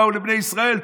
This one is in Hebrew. באו לבני ישראל,